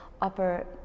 upper